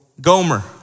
Gomer